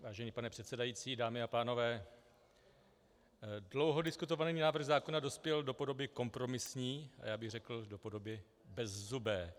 Vážený pane předsedající, dámy a pánové, dlouho diskutovaný návrh zákona dospěl do podoby kompromisní a já bych řekl, do podoby bezzubé.